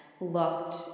looked